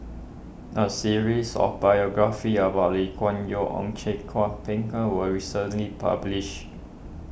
a series of biographies about Lee Kuan Yew Ong Teng Cheong was recently published